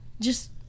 Just-